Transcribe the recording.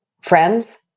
Friends